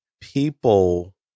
people